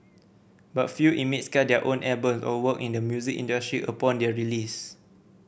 but few inmates cut their own album or work in the music industry upon their release